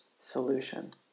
solution